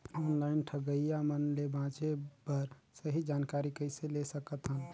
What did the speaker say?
Online ठगईया मन ले बांचें बर सही जानकारी कइसे ले सकत हन?